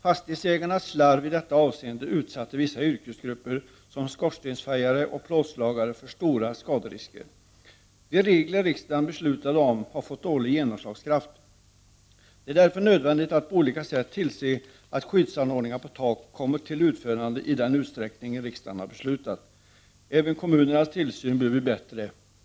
Fastighetsägarnas slarv i detta avseende gjorde att vissa yrkesgrupper, såsom skorstensfejare och plåtslagare, kom att utsättas för stora skaderisker. De regler som riksdagen beslutade om har fått dålig genomslagskraft. Det är därför nödvändigt att på olika sätt tillse att skyddsanordningar på tak kommer till stånd i den utsträckning som riksdagen har beslutat. Även kommunernas tillsyn bör bli bättre.